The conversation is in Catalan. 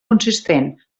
consistent